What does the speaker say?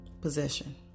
possession